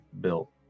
built